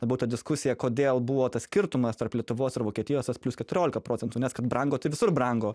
kad būtų diskusija kodėl buvo tas skirtumas tarp lietuvos ir vokietijos tas plius keturiolika procentų nes kad brango tai visur brango